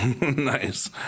Nice